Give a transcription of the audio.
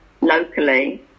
locally